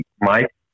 Mike